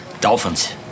Dolphins